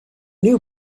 new